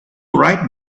write